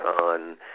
on